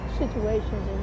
situations